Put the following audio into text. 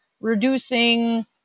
reducing